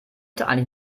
eigentlich